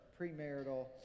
premarital